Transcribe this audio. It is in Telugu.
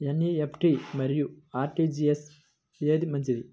ఎన్.ఈ.ఎఫ్.టీ మరియు అర్.టీ.జీ.ఎస్ ఏది మంచిది?